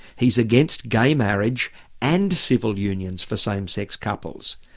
he's against gay marriage and civil unions for same sex couples,